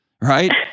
Right